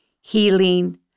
healing